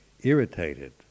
irritated